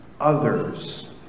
others